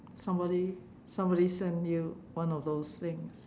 somebody somebody send you one of those things